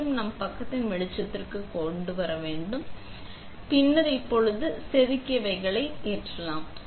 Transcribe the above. மேலும் நாம் மேல் பக்கத்தின் வெளிச்சத்திற்கு வேண்டும் பின்னர் இப்போது எங்களது செதுக்கியவை ஏற்றலாம்